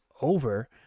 over